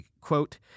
quote